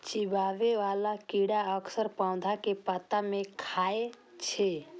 चिबाबै बला कीड़ा अक्सर पौधा के पात कें खाय छै